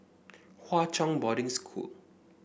Hwa Chong Boarding School